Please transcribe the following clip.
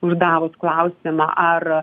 uždavus klausimą ar